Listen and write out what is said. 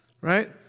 right